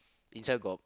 inside got